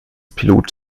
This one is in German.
pilot